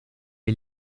est